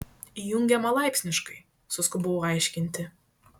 įjungiama laipsniškai suskubau aiškinti